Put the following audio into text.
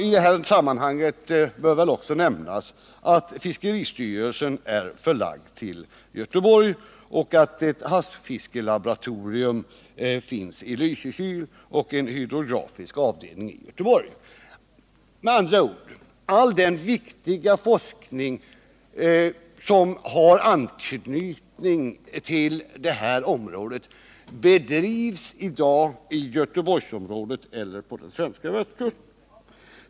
I det här sammanhanget bör väl också nämnas att fiskeristyrelsen är förlagd till Göteborg och har ett havsfiskelaboratorium i Lysekil och en hydrografisk avdelning i Göteborg. Med andra ord: All den viktiga forskning som har anknytning till det här området bedrivs i dag i Göteborgsområdet eller på den svenska västkusten i övrigt.